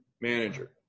manager